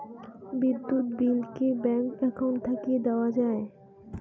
বিদ্যুৎ বিল কি bank account থাকি দেওয়া য়ায়?